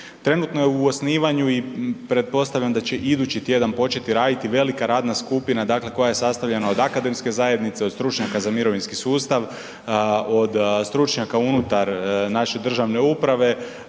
trenutno je u osnivanju i pretpostavljam da će idući tjedan početi raditi velika radna skupina, dakle koja je sastavljena od akademske zajednice, od stručnjaka za mirovinski sustav, od stručnjaka unutar naše državne uprave